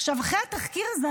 אחרי התחקיר הזה,